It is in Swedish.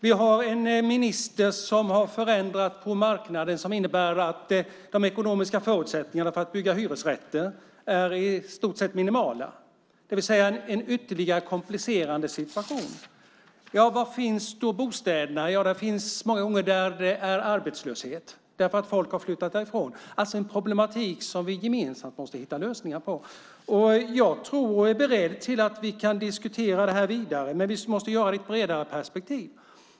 Vi har en minister som har gjort förändringar på marknaden som innebär att de ekonomiska förutsättningarna för att bygga hyresrätter i stort sett är minimala. Det är en ytterligare komplicerande situation. Var finns då bostäderna? De finns många gånger där det är arbetslöshet. Folk har flyttat därifrån. Det är en problematik som vi gemensamt måste hitta lösningar på. Jag är beredd att diskutera det här vidare, men vi måste göra det i ett bredare perspektiv.